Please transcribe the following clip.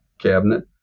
cabinet